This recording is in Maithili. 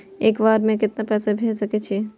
एक बार में केतना पैसा भेज सके छी?